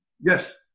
Yes